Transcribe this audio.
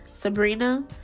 Sabrina